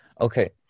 okay